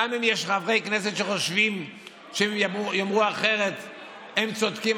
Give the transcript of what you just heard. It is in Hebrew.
גם אם יש חברי כנסת שחושבים שאם הם יאמרו אחרת הם צודקים,